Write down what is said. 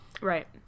Right